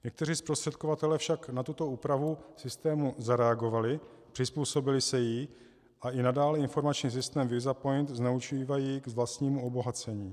Někteří zprostředkovatelé však na tuto úpravu v systému zareagovali, přizpůsobili se jí a i nadále informační systém VISAPOINT zneužívají k vlastnímu obohacení.